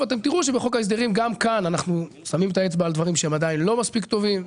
בחוק ההסדרים אנחנו שמים את האצבע על דברים שהם לא מספיק טובים.